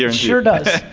sure sure does.